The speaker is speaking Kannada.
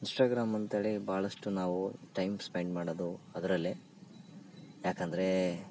ಇನ್ಸ್ಟಾಗ್ರಾಮ್ ಅಂತ ಹೇಳಿ ಭಾಳಷ್ಟು ನಾವು ಟೈಮ್ ಸ್ಪೆಂಡ್ ಮಾಡೋದು ಅದರಲ್ಲೇ ಯಾಕಂದರೆ